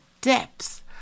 depths